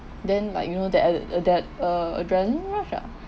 then like you know that a~ that a~ adrenaline rush ah